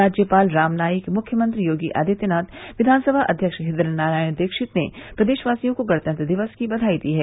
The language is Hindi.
राज्यपाल राम नाईक मुख्यमंत्री योगी अदित्यनाथ विघानसभा अध्यक्ष हृदय नारायण दीक्षित ने प्रदेशवासियों को गणतंत्र दिवस की बघाई दी है